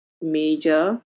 major